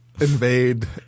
invade